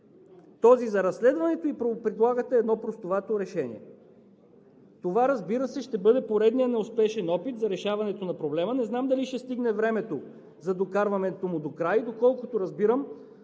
този за разследването, и предлагате едно простовато решение. Това, разбира се, ще бъде поредният неуспешен опит за решаването на проблема. Не знам дали ще стигне времето за докарването му докрай. Доколкото разбирам,